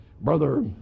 Brother